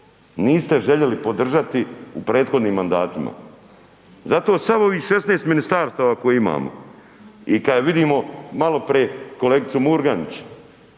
niste željeli podržati u prethodnim mandatima zato sad ovih 16 ministarstava koje imamo i kad vidimo malopre kolegicu Murganić